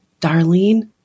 Darlene